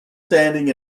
standing